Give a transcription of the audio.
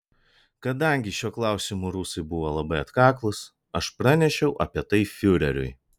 kadangi šiuo klausimu rusai buvo labai atkaklūs aš pranešiau apie tai fiureriui